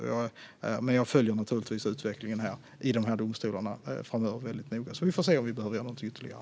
Men jag följer naturligtvis utvecklingen i migrationsdomstolarna väldigt noga. Vi får se om vi behöver göra något ytterligare.